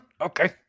Okay